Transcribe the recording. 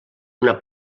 una